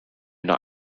not